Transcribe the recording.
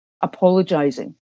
apologising